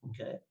Okay